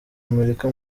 amerika